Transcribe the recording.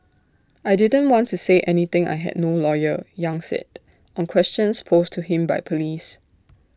I didn't want to say anything I had no lawyer yang said on questions posed to him by Police